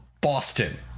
Boston